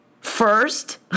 first